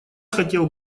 хотел